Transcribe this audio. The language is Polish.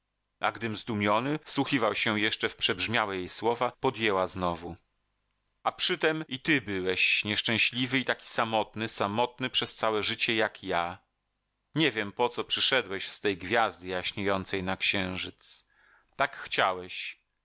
a gdym zdumiony wsłuchiwał się jeszcze w przebrzmiałe jej słowa podjęła znowu a przytem i ty byłeś nieszczęśliwy i taki samotny samotny przez całe życie jak ja nie wiem po co przyszedłeś z tej gwiazdy jaśniejącej na księżyc tak chciałeś